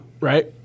right